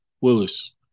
Willis